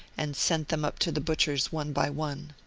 and sent them up to the butchers one by one.